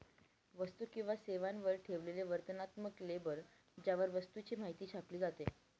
वस्तू किंवा सेवांवर ठेवलेले वर्णनात्मक लेबल ज्यावर वस्तूची माहिती छापली जाते